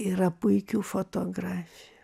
yra puikių fotografijų